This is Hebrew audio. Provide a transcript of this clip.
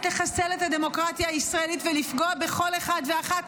לחסל את הדמוקרטיה הישראלית ולפגוע בכל אחד ואחת,